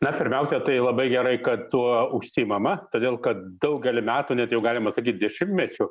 na pirmiausia tai labai gerai kad tuo užsiimama todėl kad daugelį metų net jau galima sakyt dešimtmečių